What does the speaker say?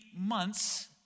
months